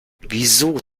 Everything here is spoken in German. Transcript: wieso